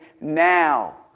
now